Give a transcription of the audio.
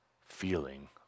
feeling